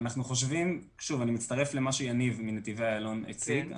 אני מצטרף אל מה שיניב שבו מחברת נתיבי איילון הציג.